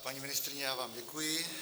Paní ministryně, já vám děkuji.